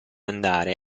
andare